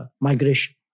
migration